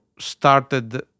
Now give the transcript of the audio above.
started